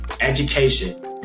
Education